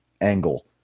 angle